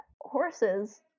Horses